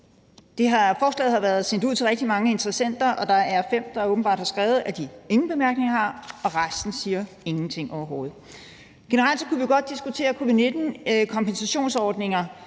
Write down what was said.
– nul! Forslaget har været sendt ud til rigtig mange interessenter, og der er åbenbart fem, der har skrevet, at de ingen bemærkninger har, og resten siger ingenting overhovedet. Generelt kunne vi jo godt diskutere covid-19-kompensationsordninger,